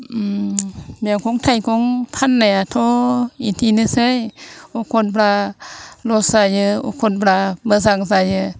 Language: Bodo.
मैगं थाइगं फाननायाथ' बिदिनोसै एखनब्ला लस जायो एखनब्ला मोजां जायो